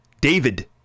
David